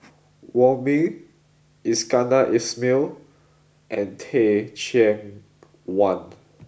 Wong Ming Iskandar Ismail and Teh Cheang Wan